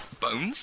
bones